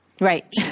Right